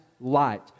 light